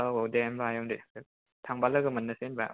औ औ दे होनबा आयं दे थांबा लोगो मोननोसै होनबा